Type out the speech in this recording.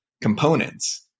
components